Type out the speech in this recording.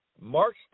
March